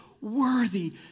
worthy